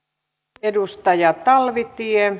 t edustajat talvitie